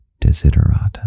Desiderata